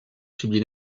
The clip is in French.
subit